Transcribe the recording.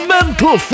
Mental